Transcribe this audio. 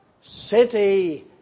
city